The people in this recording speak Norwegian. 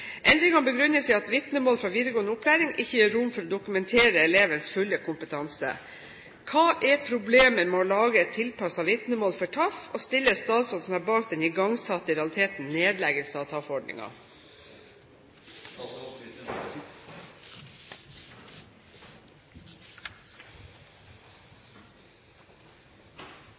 Endringene begrunnes i at vitnemål fra videregående opplæring ikke gir rom for å dokumentere elevens fulle kompetanse. Hva er problemet med å lage et tilpasset vitnemål for TAF, og stiller statsråden seg bak den igangsatte, i realiteten, nedleggelsen av